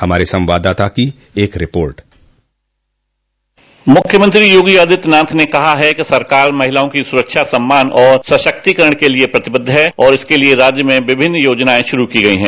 हमारे संवाददाता की एक रिपोर्ट मुख्यमंत्री योगी आदित्यनाथ ने कहा है कि सरकार महिलाओं की सुरक्षा सम्मान और सशक्तिकरण के लिए प्रतिबद्ध है और इसके लिए राज्य में विभिन्न योजनाएं शुरू की गई हैं